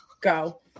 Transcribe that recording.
go